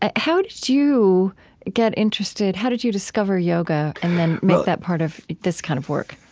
ah how did you get interested how did you discover yoga and then make that part of this kind of work?